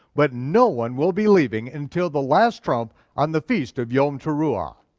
but no one will be leaving until the last trump on the feast of yom teruah.